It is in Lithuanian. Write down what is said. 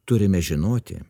turime žinoti